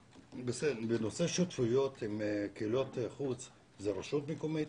בנושא שותפויות עם קהיליות חוץ, זו רשות מקומית.